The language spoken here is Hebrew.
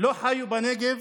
לא חיו בנגב